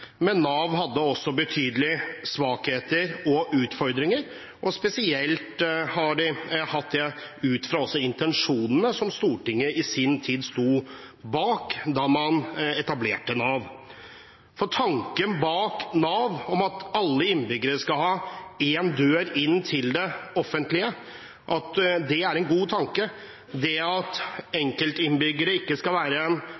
men Nav hadde også betydelige svakheter og utfordringer, spesielt har de hatt det ut fra intensjonene som Stortinget i sin tid, da man etablerte Nav, sto bak. Tanken bak Nav om at alle innbyggere skal ha én dør inn til det offentlige, og det at enkeltinnbyggere ikke skal være en kasteball i det byråkratiske systemet, er en god tanke. Men vi ser at